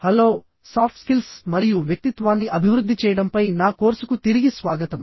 hello soft skills మరియు వ్యక్తిత్వాన్ని అభివృద్ధి చేయడంపై నా కోర్సుకు తిరిగి స్వాగతం